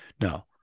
Now